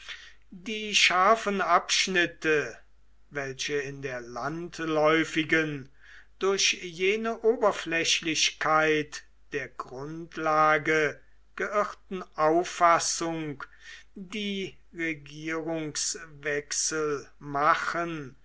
die scharfen abschnitte welche in der landläufigen durch jene oberflächlichkeit der grundlage geirrten auffassung die regierungswechsel machen